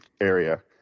area